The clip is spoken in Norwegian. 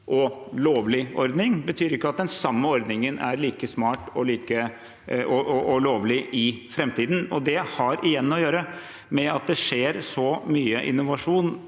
og lovlig ordning, betyr ikke at den samme ordningen er like smart og lovlig i framtiden. Det har igjen å gjøre med at det skjer så mye innovasjon.